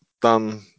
done